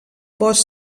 bosc